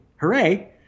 hooray